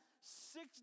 six